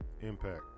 Impact